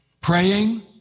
praying